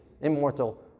Immortal